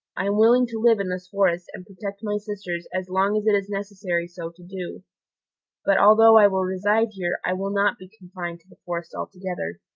i am willing to live in this forest and protect my sisters as long as it is necessary so to do but although i will reside here, i will not be confined to the forest altogether.